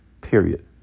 period